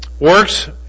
works